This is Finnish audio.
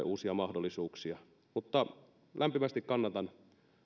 uusia mahdollisuuksia lämpimästi kannatan